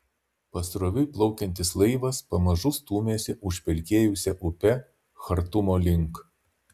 pasroviui plaukiantis laivas pamažu stūmėsi užpelkėjusia upe chartumo link